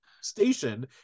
station